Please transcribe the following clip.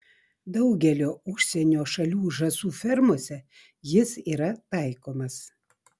daugelio užsienio šalių žąsų fermose jis yra taikomas